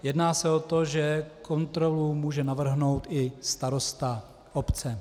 Jedná se o to, že kontrolu může navrhnout i starosta obce.